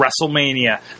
WrestleMania